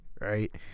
right